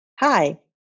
Hi